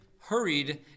hurried